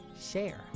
share